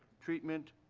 treatment,